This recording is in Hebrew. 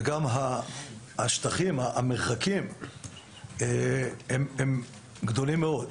וגם המרחקים הם גדולים מאוד.